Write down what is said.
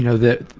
you know the